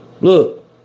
Look